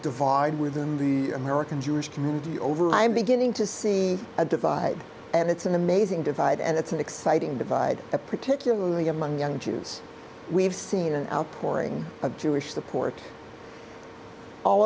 divide within the american jewish community over i'm beginning to see a divide and it's an amazing divide and it's an exciting divide particularly among young jews we've seen an outpouring of jewish support all